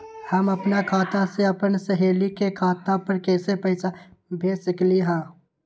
हम अपना खाता से अपन सहेली के खाता पर कइसे पैसा भेज सकली ह?